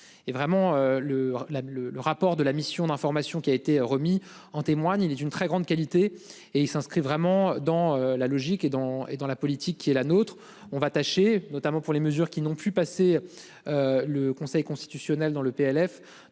le la le le rapport de la mission d'information qui a été remis en témoigne, il est une très grande qualité et il s'inscrit vraiment dans la logique et dans et dans la politique qui est la nôtre. On va tacher, notamment pour les mesures qui n'ont pu passer. Le Conseil constitutionnel dans le PLF